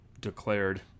declared